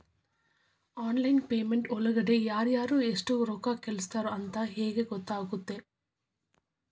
Online payment ಒಳಗಡೆ ಯಾರ್ಯಾರು ಎಷ್ಟು ರೊಕ್ಕ ಕಳಿಸ್ಯಾರ ಅಂತ ಹೆಂಗ್ ಗೊತ್ತಾಗುತ್ತೆ?